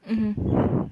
mm